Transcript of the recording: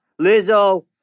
Lizzo